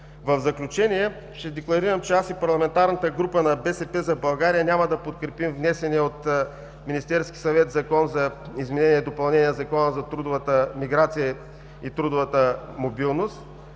В заключение ще декларирам, че аз и парламентарната група на „БСП за България“ няма да подкрепим внесения от Министерския съвет Закон за изменение и допълнение на Закона за трудовата миграция и трудовата мобилност.